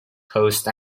coast